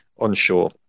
onshore